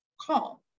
Call